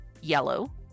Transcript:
yellow